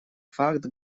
факт